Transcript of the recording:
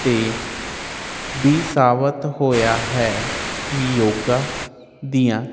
'ਤੇ ਵੀ ਸਾਬਤ ਹੋਇਆ ਹੈ ਕਿ ਯੋਗਾ ਦੀਆਂ